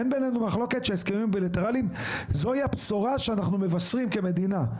אין ביננו מחלוקת שההסכמים הבילטרליים זו הבשורה שאנחנו מבשרים למדינה.